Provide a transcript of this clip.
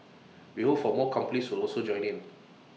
we hope for more companies will also join in